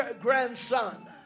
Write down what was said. grandson